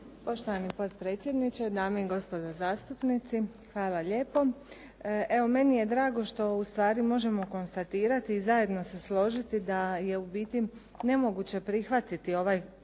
Poštovani potpredsjedniče, dame i gospodo zastupnici. Hvala lijepo. Evo meni je drago što ustvari možemo konstatirati i zajedno se složiti da je u biti nemoguće prihvatiti ovaj Prijedlog